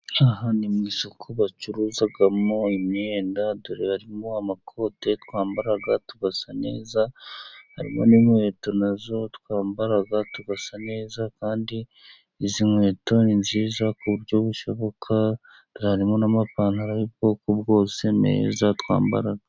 Aha ni mu isoko bacuruzamo imyenda, dore harimo amakote twambara tugasa neza, harimo n'inkweto nazo twambara tugasa neza, kandi izi nkweto ni nziza ku buryo bushoboka, harimo n'amapantaro y'ubwoko bwose meza twambara.